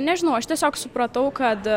nežinau aš tiesiog supratau kad